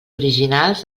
originals